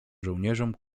żołnierzom